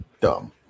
dumb